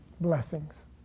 blessings